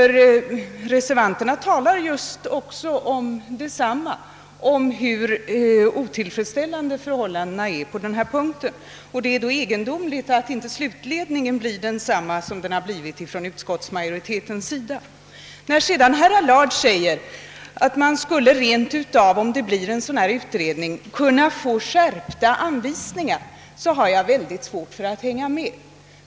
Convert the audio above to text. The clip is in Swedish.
Reservanterna talar också om hur otillfredsställande förhållandena är på denna punkt. Det är då egendomligt att inte slutledningen blivit densamma som utskottsmajoritetens. När herr Allard sedan säger att man, om det blir en sådan utredning, rent av skulle kunna befara skärpta anvisningar, så har jag mycket svårt att hänga med.